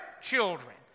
children